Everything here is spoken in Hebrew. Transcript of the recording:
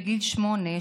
בגיל שמונה,